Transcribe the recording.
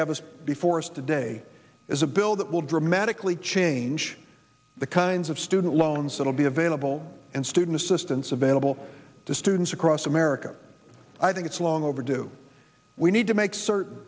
have is before us today is a bill that will dramatically change the kinds of student loans that will be available and student assistance available to students across america i think it's long overdue we need to make certain